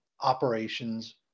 operations